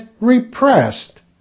repressed